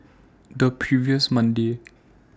The previous Monday